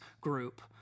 group